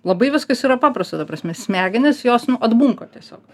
labai viskas yra paprasta ta prasme smegenys jos nu atbunka tiesiog